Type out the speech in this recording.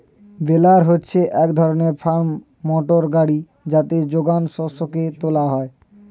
বেলার হচ্ছে এক ধরনের ফার্ম মোটর গাড়ি যাতে যোগান শস্যকে তোলা হয়